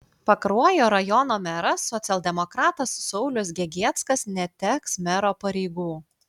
pakruojo rajono meras socialdemokratas saulius gegieckas neteks mero pareigų